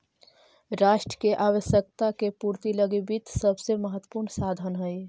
राष्ट्र के आवश्यकता के पूर्ति लगी वित्त सबसे महत्वपूर्ण साधन हइ